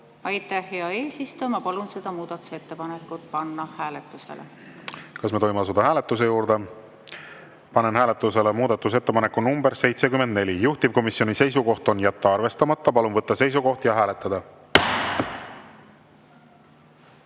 Aitäh, hea eesistuja! Ma palun seda muudatusettepanekut hääletada. Kas me tohime asuda hääletuse juurde? Panen hääletusele muudatusettepaneku nr 75, juhtivkomisjoni seisukoht on jätta arvestamata. Palun võtta seisukoht ja hääletada!